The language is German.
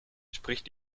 spricht